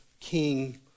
king